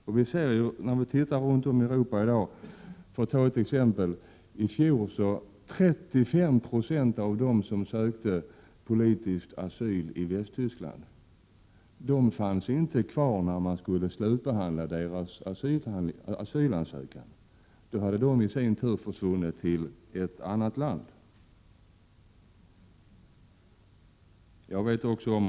För att beskriva den situation som råder runt om i Europa, kan jag nämna att 35 96 av dem som i fjol sökte politisk asyl i Västtyskland inte fanns kvar i landet när deras asylansökningar väl skulle slutbehandlas utan i stället hade försvunnit till ett annat land.